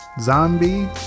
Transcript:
zombie